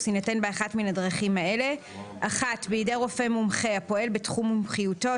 יינתן באחת מן הדרכים האלה: בידי רופא מומחה הפועל בתחום מומחיותו,